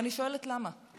ואני שואלת למה,